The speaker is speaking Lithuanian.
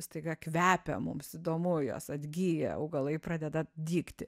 staiga kvepia mums įdomu jos atgyja augalai pradeda dygti